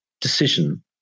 decision